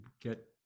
get